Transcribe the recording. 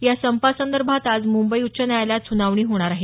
या संपासंदर्भात आज मुंबई उच्च न्यायालयात सुनावणी होणार आहे